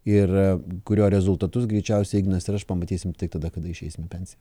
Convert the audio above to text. ir kurio rezultatus greičiausiai ignas ir aš pamatysim tik tada kada išeisim į pensiją